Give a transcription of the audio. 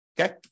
Okay